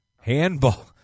Handball